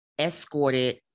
escorted